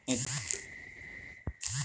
सरस्वती पूजा कतहु बिना बेरक फर सँ हेतै?